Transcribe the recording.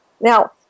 Now